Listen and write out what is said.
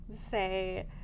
say